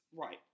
Right